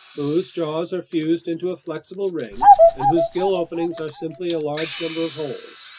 whose jaws are fused into a flexible ring and whose gill openings are simply a large number of holes,